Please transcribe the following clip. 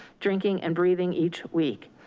drinking, and breathing each week.